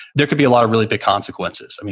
there could be a lot of really big consequences.